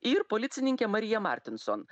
ir policininkė marija martinson